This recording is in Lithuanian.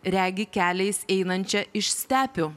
regi keliais einančią iš stepių